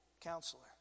counselor